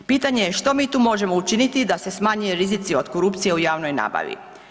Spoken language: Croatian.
Pitanje je, što mi tu možemo učiniti da se smanje rizici od korupcije u javnoj nabavi?